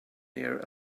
near